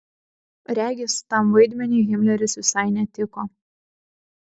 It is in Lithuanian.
regis tam vaidmeniui himleris visai netiko